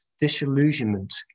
disillusionment